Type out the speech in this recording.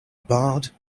barred